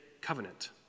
covenant